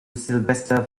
silvester